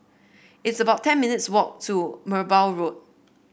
it's about ten minutes' walk to Merbau Road